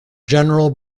general